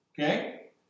Okay